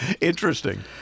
interesting